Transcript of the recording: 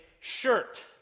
shirt